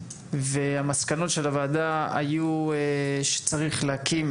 והמסקנות של הוועדה היו שצריך להקים